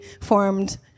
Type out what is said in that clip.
formed